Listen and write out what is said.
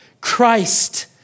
Christ